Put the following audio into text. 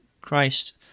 christ